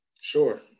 Sure